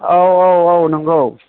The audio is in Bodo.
औ औ औ नोंगौ